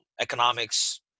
economics